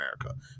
America